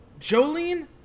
Jolene